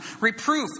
reproof